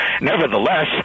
Nevertheless